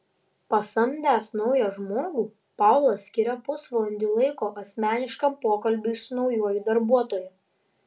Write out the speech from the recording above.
pasamdęs naują žmogų paulas skiria pusvalandį laiko asmeniškam pokalbiui su naujuoju darbuotoju